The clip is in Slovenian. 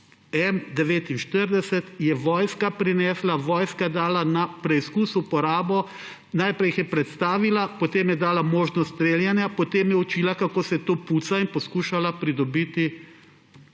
M-49 je prinesla vojska, vojska dala na preizkus, uporabo. Najprej jih je predstavila, potem je dala možnost streljanja, potem je učila, kako se to puca in poskušala pridobiti